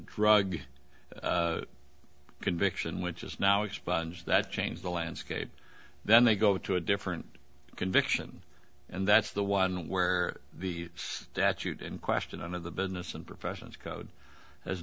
drug conviction which is now expunged that changed the landscape then they go to a different conviction and that's the one where the statute in question and of the business and professions code has